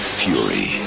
fury